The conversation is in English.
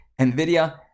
nvidia